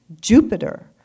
Jupiter